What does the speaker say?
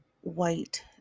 white